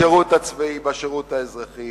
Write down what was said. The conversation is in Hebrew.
בשירות הצבאי, בשירות האזרחי,